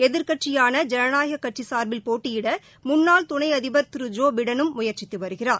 எதிர்க்கட்சியான ஜனநாயகக் கட்சி சார்பில் போட்டியிட முன்னாள் துணை அதிபர் திரு ஜோ பிடனும் முயற்சித்து வருகிறார்